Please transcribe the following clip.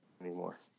anymore